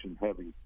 heavy